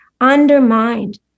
undermined